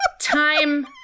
time